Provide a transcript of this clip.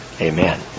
Amen